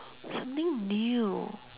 something new